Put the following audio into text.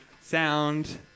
sound